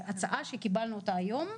זו הצעה שקיבלנו אותה היום.